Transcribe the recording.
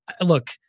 look